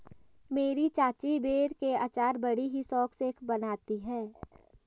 मेरी चाची बेर के अचार बड़ी ही शौक से बनाती है